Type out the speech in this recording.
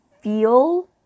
feel